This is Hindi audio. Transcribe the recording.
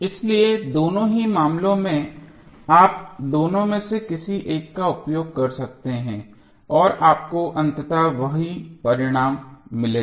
इसलिए दोनों ही मामलों में आप दोनों में से किसी एक का उपयोग कर सकते हैं और आपको अंततः वही परिणाम मिलेगा